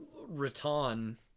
Raton